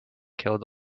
killed